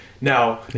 Now